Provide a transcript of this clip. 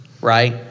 right